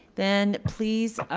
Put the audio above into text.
then please,